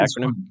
acronym